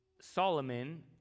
Solomon